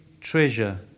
treasure